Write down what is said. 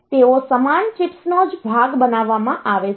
તેથી તેઓ સમાન ચિપ્સનો જ ભાગ બનાવવામાં આવે છે